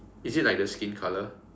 is it like the skin colour